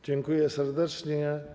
Dziękuję serdecznie.